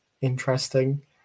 interesting